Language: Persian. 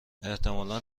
احتمالا